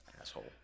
Asshole